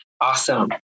Awesome